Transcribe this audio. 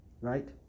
Right